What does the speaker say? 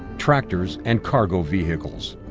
tractors, and cargo vehicles.